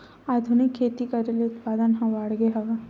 आधुनिक खेती करे ले उत्पादन ह बाड़गे हवय